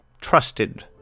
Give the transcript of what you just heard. trusted